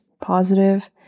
Positive